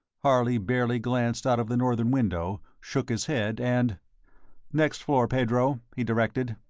harley barely glanced out of the northern window, shook his head, and next floor, pedro, he directed.